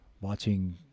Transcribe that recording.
watching